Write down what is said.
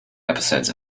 episodes